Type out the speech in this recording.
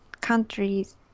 countries